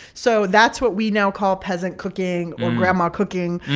so that's what we now call peasant cooking or grandma cooking,